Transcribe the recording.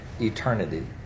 eternity